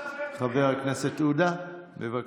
חבר הכנסת עודה, בבקשה.